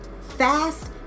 fast